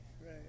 Right